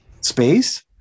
space